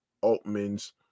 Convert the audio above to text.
altman's